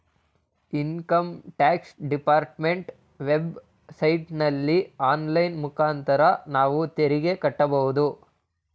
income tax department web ಸೈಟಲ್ಲಿ online ಮುಖಾಂತರ ನಾವು ತೆರಿಗೆ ಕಟ್ಟಬೋದು